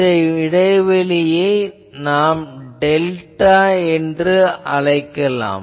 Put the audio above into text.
இந்த இடைவெளியை நாம் டெல்டா என்று அழைக்கலாம்